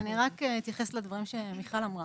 אני אתייחס לדברים שמיכל אמרה.